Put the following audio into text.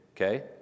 okay